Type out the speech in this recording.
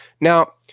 Now